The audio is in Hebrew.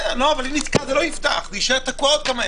אני לא חושב שאנחנו צריכים לספק בידיה של הממשלה ולעכב את החוק הזה.